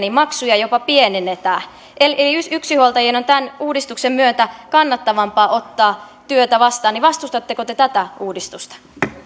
maksuja jopa pienennetään eli eli yksinhuoltajien on tämän uudistuksen myötä kannattavampaa ottaa työtä vastaan niin vastustatteko te tätä uudistusta